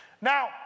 Now